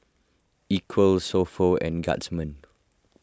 Equal So Pho and Guardsman